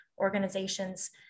organizations